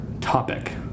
topic